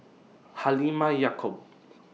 Halimah Yacob